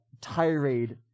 tirade